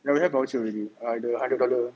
ya we have voucher already err the hundred dollar